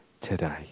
today